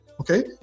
okay